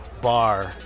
bar